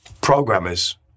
programmers